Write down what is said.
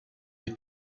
you